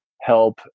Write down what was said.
help